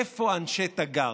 איפה אנשי תגר?